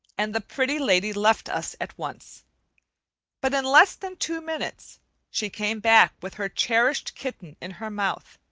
and the pretty lady left us at once but in less than two minutes she came back with her cherished kitten in her mouth.